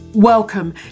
Welcome